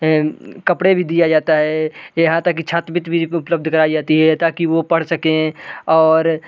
कपड़े भी दिया जाता है यहाँ तक की छात्रवृत्ति भी उपलब्ध कराई जाती है ताकि वो पढ़ सकें और